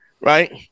right